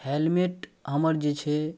helmet हमर जे छै